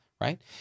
right